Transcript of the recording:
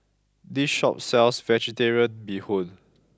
this shop sells Vegetarian Bee Hoon